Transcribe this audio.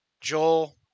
Joel